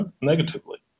negatively